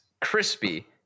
crispy